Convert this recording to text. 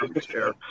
chair